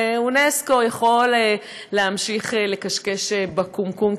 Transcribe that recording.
ואונסק"ו יכול להמשיך לקשקש בקומקום,